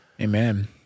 Amen